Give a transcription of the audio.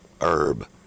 herb